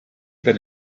per